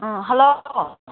ꯑꯥ hello